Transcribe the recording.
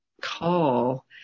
call